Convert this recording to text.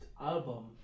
album